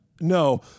no